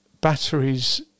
batteries